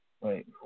Wait